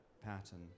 pattern